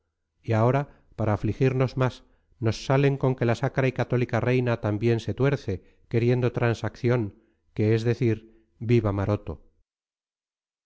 y ahora para afligirnos más nos salen con que la sacra y católica reina también se tuerce queriendo transacción que es decir viva maroto